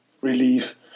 relief